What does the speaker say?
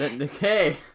Okay